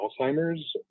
alzheimer's